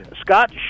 Scott